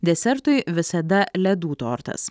desertui visada ledų tortas